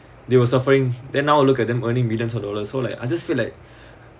they were suffering then now look at them earning billions of dollars so like I just feel like